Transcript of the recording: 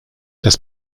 das